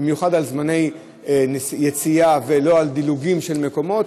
במיוחד על זמני יציאה ועל דילוגים על מקומות,